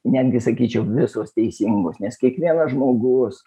netgi sakyčiau visos teisingos nes kiekvienas žmogus